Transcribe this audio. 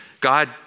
God